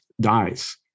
Dies